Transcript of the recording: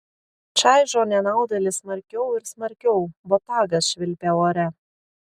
čaižo nenaudėlį smarkiau ir smarkiau botagas švilpia ore